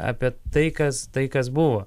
apie tai kas tai kas buvo